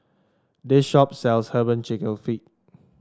this shop sells herbal chicken feet